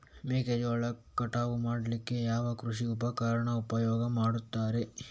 ಮೆಕ್ಕೆಜೋಳ ಕಟಾವು ಮಾಡ್ಲಿಕ್ಕೆ ಯಾವ ಕೃಷಿ ಉಪಕರಣ ಉಪಯೋಗ ಮಾಡ್ತಾರೆ?